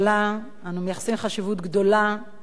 אנו מייחסים חשיבות גדולה למעורבות של